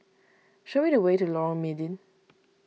show me the way to Lorong Mydin